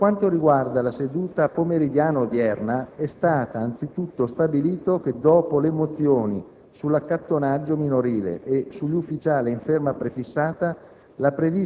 Per quanto riguarda la seduta pomeridiana odierna, è stato anzitutto stabilito che, dopo le mozioni sull'accattonaggio minorile e sugli ufficiali in ferma prefissata,